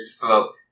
folk